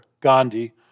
Gandhi